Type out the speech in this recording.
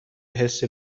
حسی